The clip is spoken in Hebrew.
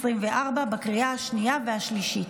2024, לקריאה השנייה והשלישית.